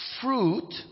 fruit